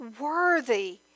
worthy